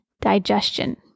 digestion